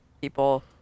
People